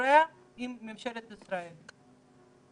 פורה עם ממשלת ישראל?